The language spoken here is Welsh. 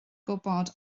gwybod